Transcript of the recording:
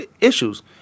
issues